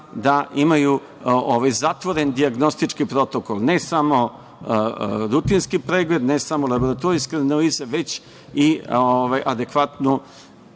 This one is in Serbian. da imaju zatvoren dijagnostički protokol, ne samo rutinski pregled, ne samo laboratorijske analize, već i adekvatnu